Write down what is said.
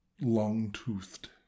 long-toothed